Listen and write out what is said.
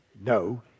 No